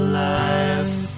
life